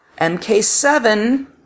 MK7